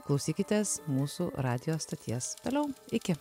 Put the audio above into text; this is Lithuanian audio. klausykitės mūsų radijo stoties toliau iki